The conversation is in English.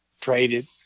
Traded